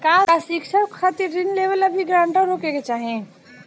का शिक्षा खातिर ऋण लेवेला भी ग्रानटर होखे के चाही?